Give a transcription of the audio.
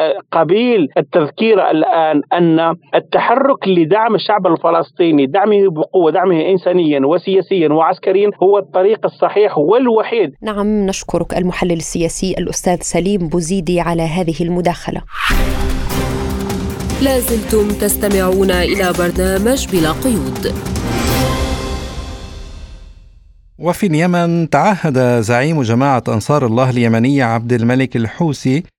قبيل التذكير الآن أن التحرك لدعم الشعب الفلسطيني، دعمه بقوة، دعمه إنسانياً وسياسياً وعسكرياً هو الطريق الصحيح والوحيد. نعم، نشكرك المحلل السياسي الأستاذ سليم بوزيدي على هذه المداخلة. لا زلتم تستمعون إلى برنامج بلا قيود. وفي اليمن تعهد زعيم جماعة أنصار الله اليمنية عبد الملك الحوثي